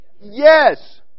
Yes